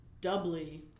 doubly